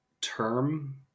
term